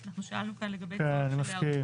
אנחנו שאלנו כאן לגבי זמן ההיערכות,